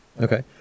okay